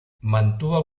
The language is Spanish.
mantuvo